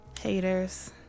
Haters